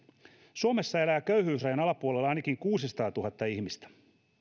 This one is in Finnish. suomessa elää köyhyysrajan alapuolella ainakin kuusisataatuhatta ihmistä